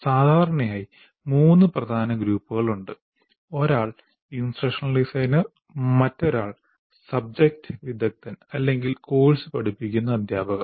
സാധാരണയായി മൂന്ന് പ്രധാന ഗ്രൂപ്പുകളുണ്ട് ഒരാൾ ഇൻസ്ട്രക്ഷണൽ ഡിസൈനർ മറ്റൊരാൾ സബ്ജക്റ്റ് വിദഗ്ധൻർ അല്ലെങ്കിൽ കോഴ്സ് പഠിപ്പിക്കുന്ന അദ്ധ്യാപകൻർ